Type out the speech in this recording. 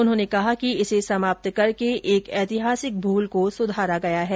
उन्होंने कहा कि इसे समाप्त करके एक ऐतिहासिक भूल को सुधारा गया है